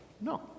No